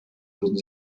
würden